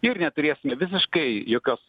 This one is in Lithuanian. ir neturėsime visiškai jokios